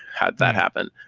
how that happen?